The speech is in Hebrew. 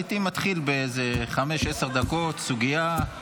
הייתי מתחיל בחמש-עשר דקות סוגיה.